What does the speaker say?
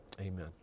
Amen